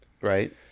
Right